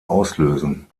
auslösen